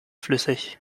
flüssig